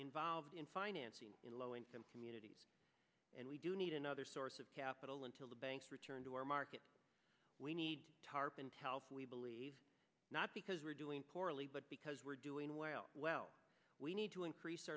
involved in financing in low income communities and we do need another source of capital until the banks return to our market we need tarp and we believe not because we're doing poorly but because we're doing well well we need to increase